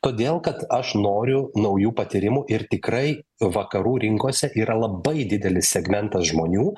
todėl kad aš noriu naujų patyrimų ir tikrai vakarų rinkose yra labai didelis segmentas žmonių